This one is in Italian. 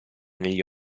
negli